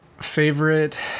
favorite